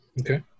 Okay